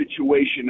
Situation